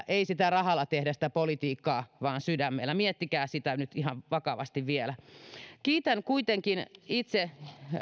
ei rahalla tehdä politiikkaa vaan sydämellä miettikää sitä nyt ihan vakavasti vielä kiitän kuitenkin itse